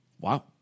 Wow